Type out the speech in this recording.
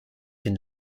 den